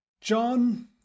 John